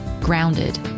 grounded